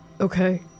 Okay